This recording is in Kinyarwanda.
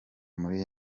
muri